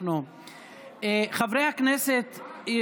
חברי הכנסת,